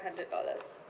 hundred dollars